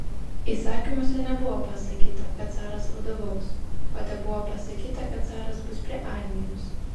įsakymuose nebuvo pasakyta kad caras vadovaus o tebuvo pasakyta kad caras bus prie armijos